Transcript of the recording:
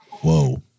Whoa